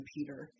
Peter